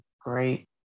great